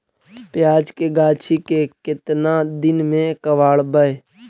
प्याज के गाछि के केतना दिन में कबाड़बै?